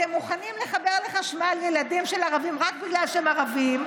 אתם מוכנים לחבר לחשמל ילדים של ערבים רק בגלל שהם ערבים,